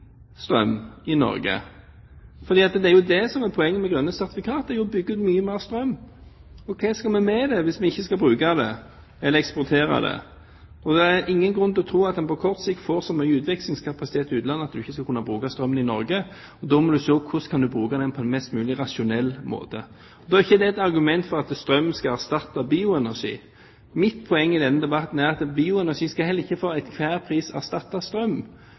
strøm i Norge. For det er jo det som er poenget med grønne sertifikater – å bygge ut mye mer strøm. Og hva skal vi med det, hvis vi ikke skal bruke det, eller eksportere det? Det er ingen grunn til å tro at en på kort sikt får så mye utviklingskapasitet til utlandet at du ikke skal kunne bruke strømmen i Norge. Og da må du se på: Hvordan kan du bruke den på en mest mulig rasjonell måte? Da er ikke det et argument for at strøm skal erstatte bioenergi. Mitt poeng i denne debatten er at bioenergi heller ikke for enhver pris skal erstatte strøm.